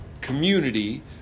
community